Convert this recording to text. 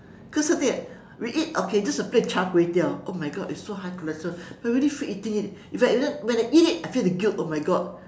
cause a thing we eat okay just a plate of char-kway-teow oh my god it is so high cholesterol but we really feel eating it and when I eat it I feel the guilt oh my god